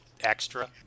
extra